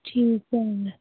ਠੀਕ ਹੈ